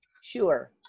Sure